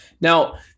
Now